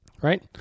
Right